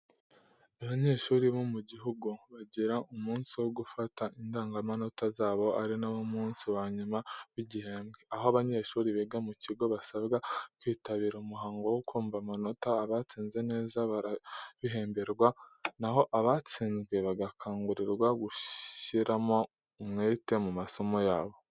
Abanyeshuri bose mu gihugu bagira umunsi wo gufata indangamanota zabo, ari nawo munsi wa nyuma w’igihembwe, aho abanyeshuri biga mu kigo basabwa kwitabira umuhango wo kumva amanota. Abatsinze neza barabihemberwa, naho abatsinzwe bagakangurirwa gushyiramo umwete mu masomo yabo.